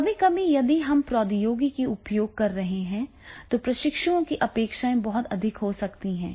इसलिए कभी कभी यदि हम प्रौद्योगिकी का उपयोग कर रहे हैं तो प्रशिक्षुओं की अपेक्षाएं बहुत अधिक हो सकती हैं